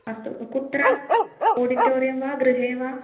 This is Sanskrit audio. अस्तु कुत्र ओडिटोरियं वा गृहे वा